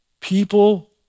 people